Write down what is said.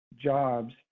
jobs